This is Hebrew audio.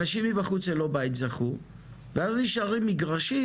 אנשים מבחוץ ללא בית זכו, ואז נשארים מגרשים